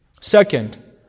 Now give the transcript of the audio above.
Second